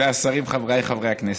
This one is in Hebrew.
עמיתיי השרים, חבריי חברי הכנסת,